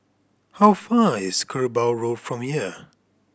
how far is Kerbau Road from here